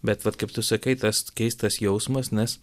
bet vat kaip tu sakai tas keistas jausmas nes